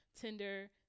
Tinder